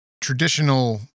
traditional